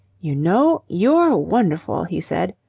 you know, you're wonderful! he said,